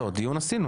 לא, דיון עשינו.